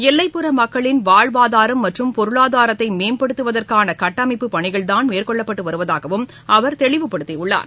எல்லைப்புற மக்களின் வாழ்வாதாரம் மற்றும் பொருளாதாரத்தை மேம்படுத்துவதற்கான கட்டமைப்பு பணிகள் தான் மேற்கொள்ளப்பட்டு வருவதாகவும் அவர் தெளிவுபடுத்தியுள்ளார்